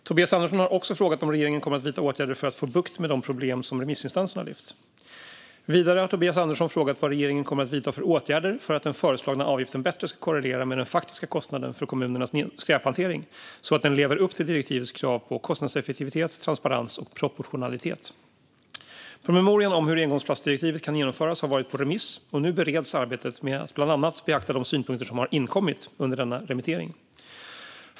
Tobias Andersson har också frågat om regeringen kommer att vidta åtgärder för att få bukt med de problem som remissinstanserna lyft. Vidare har Tobias Andersson frågat vad regeringen kommer att vidta för åtgärder för att den föreslagna avgiften bättre ska korrelera med den faktiska kostnaden för kommunernas skräphantering, så att den lever upp till direktivets krav på kostnadseffektivitet, transparens och proportionalitet. Promemorian om hur engångsplastdirektivet kan genomföras har varit på remiss, och nu bereds arbetet med att bland annat beakta de synpunkter som har inkommit under denna remittering.